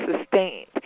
sustained